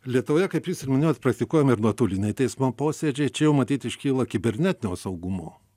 lietuvoje kaip jūs ir minėjot praktikuojami ir nuotoliniai teismo posėdžiai čia jau matyt iškyla kibernetinio saugumo